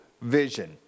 vision